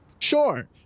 Sure